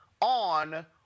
On